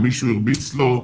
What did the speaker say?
מישהו הרביץ לו?